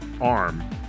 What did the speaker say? ARM